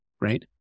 right